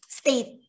state